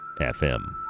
fm